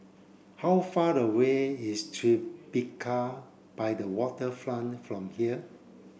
how far away is Tribeca by the Waterfront from here